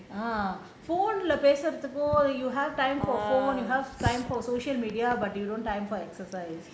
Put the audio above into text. uh பேசுறதுக்கும்:pesurathukum you have time for phone you have time for social media but you don't have time for exercise